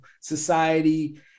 society